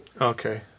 okay